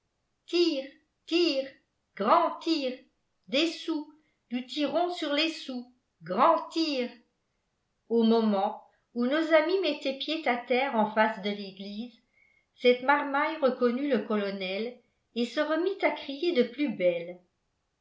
grand tir des sous nous tirons sur les sous grand tir au moment où nos amis mettaient pied à terre en face de l'église cette marmaille reconnut le colonel et se remit à crier de plus belle